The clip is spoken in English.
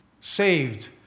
Saved